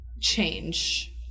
change